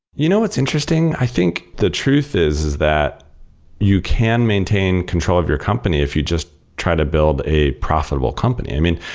you know what's interesting? i think the truth is, is that you can maintain control over your company if you just try to build a profitable company. i mean,